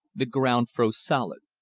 the ground froze solid.